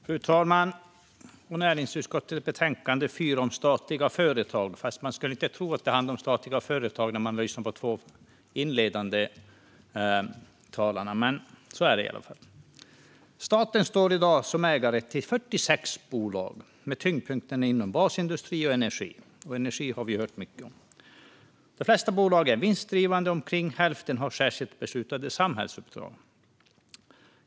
Fru talman! Vi diskuterar näringsutskottets betänkande 4 om statliga företag. Men man kan inte tro att det handlar om statliga företag när man lyssnar på de två inledande talarna. Staten står i dag som ägare till 46 bolag med tyngdpunkten inom basindustri och energi, och energi har vi hört mycket om. De flesta bolag är vinstdrivande, och omkring hälften har särskilt beslutade samhällsuppdrag.